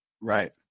right